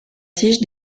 tige